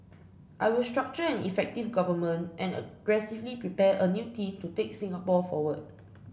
I will structure an effective Government and aggressively prepare a new team to take Singapore forward